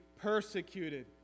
persecuted